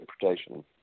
interpretation